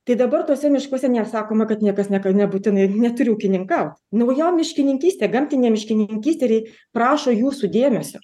tai dabar tuose miškuose nesakoma kad niekas niekad nebūtinai neturi ūkininkaut naujam miškininkystė gamtinė miškininkystė prašo jūsų dėmesio